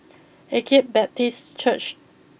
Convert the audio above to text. Agape Baptist Church